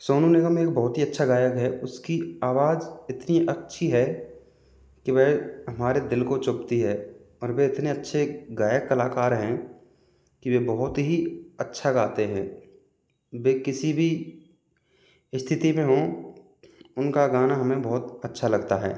सोनू निगम एक बहुत ही अच्छा गायक है उसकी आवाज़ इतनी अच्छी है कि भाई हमारे दिल को छूती है वह इतने अच्छे गायक कलाकार हैं कि वह बहुत ही अच्छा गाते हैं वे किसी भी स्थिति में हों उनका गाना हमें अच्छा लगता है